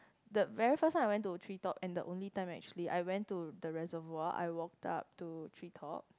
the very first time I went to tree top and the only time I actually I went to the reservoir I walked up to tree top